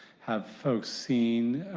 have folks seen